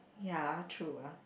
ya true lah